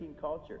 culture